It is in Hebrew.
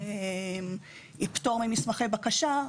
ופטור ממסמכי בקשה.